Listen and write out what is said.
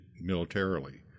militarily